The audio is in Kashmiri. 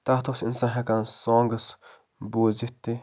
تتھ اوس اِنسان ہٮ۪کان سانٛگٕس بوٗزِتھ تہِ